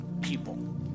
people